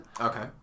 Okay